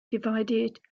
divided